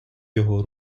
його